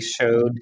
showed